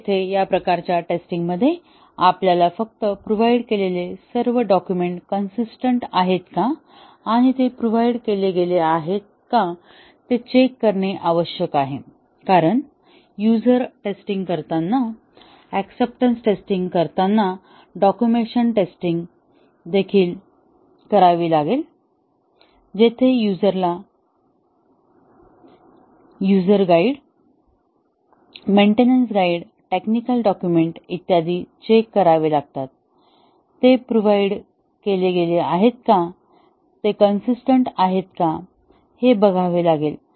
तर येथे या प्रकारच्या टेस्टिंग मध्ये आपल्याला फक्त प्रोव्हाइड केलेले सर्व डॉक्युमेंट कंसिस्टन्ट आहेत का आणि ते प्रोव्हाईड केले गेले आहेत का ते चेक करणे आवश्यक आहे कारण युझर टेस्टिंग करताना ऍक्सेप्टन्स टेस्टिंग करताना डॉक्युमेंटेशन टेस्टिंग देखील करावी लागेल जिथे युझर ला user guide maintenance guide technical document इत्यादी चेक करावे लागतात ते प्रोव्हाइड केले गेले आहेत का ते कंसिस्टन्ट आहेत का हे बघावे लागेल